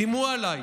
איימו עליי,